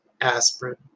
aspirin